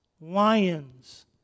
lions